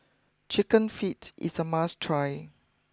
Chicken Feet is a must try